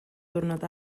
diwrnod